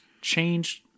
changed